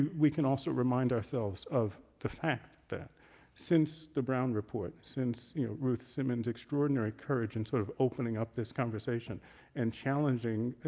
we can also remind ourselves of the fact that since the brown report, since ruth simmons' extraordinary courage and sort of opening up this conversation and challenging, ah